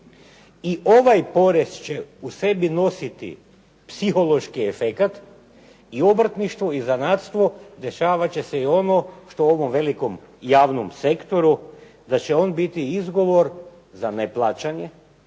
I ovaj porez će u sebi nositi psihološki efekat i obrtništvo i zanatstvo rješavat će se i ono što ovom velikom javnom sektoru da će on biti izgovor za neplaćanje,